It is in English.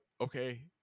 okay